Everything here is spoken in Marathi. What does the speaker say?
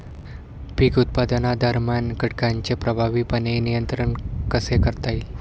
पीक उत्पादनादरम्यान कीटकांचे प्रभावीपणे नियंत्रण कसे करता येईल?